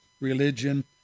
religion